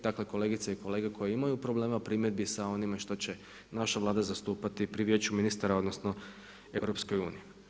Dakle, kolegice i kolege koje imaju problema u primjedbi sa onime što će naša Vlada zastupati pri Vijeću ministara odnosno EU.